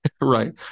Right